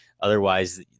otherwise